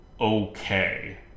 okay